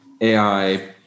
AI